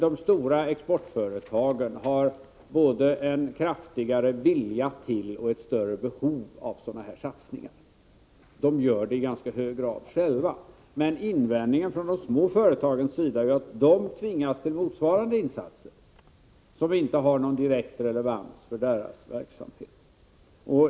De stora exportföretagen har både en kraftigare vilja till och ett större behov av sådana insatser. De gör dem i ganska hög grad själva. Invändningen från de små företagens sida är att de tvingas till motsvarande insatser, som inte har någon direkt relevans för deras verksamhet.